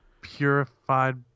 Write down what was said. purified